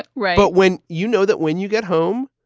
right but when you know that when you get home,